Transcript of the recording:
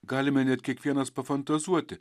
galime net kiekvienas pafantazuoti